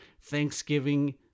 Thanksgiving